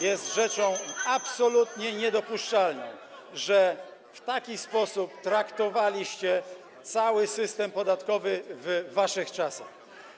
Jest rzeczą absolutnie niedopuszczalną, że w taki sposób traktowaliście cały system podatkowy w waszych czasach.